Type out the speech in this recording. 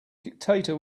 dictator